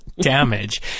damage